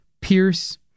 Pierce